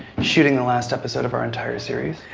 shooting the last episode of our entire series.